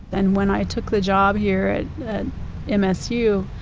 then when i took the job here at yeah msu,